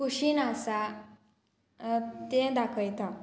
खुशीन आसा तें दाखयता